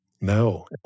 No